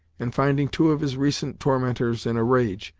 and finding two of his recent tormentors in a range,